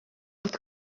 wrth